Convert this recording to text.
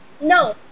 No